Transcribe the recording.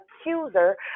accuser